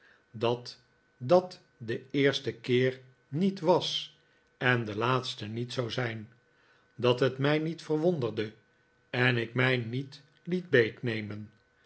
dat dat de eerste keer niet was en de laatste niet zou zijn dat het mij niet verwonderde en ik mij niet liet